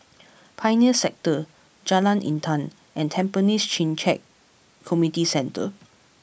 Pioneer Sector Jalan Intan and Tampines Changkat Community Centre